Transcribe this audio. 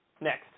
next